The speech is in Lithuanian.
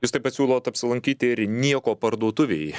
jūs taip pat siūlot apsilankyti ir nieko parduotuvėj